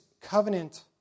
covenant